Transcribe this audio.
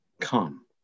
Come